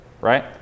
right